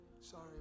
Sorry